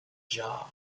job